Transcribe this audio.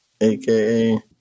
aka